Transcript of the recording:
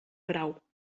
grau